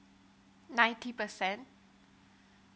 ninety percent